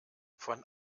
von